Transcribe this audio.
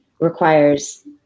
requires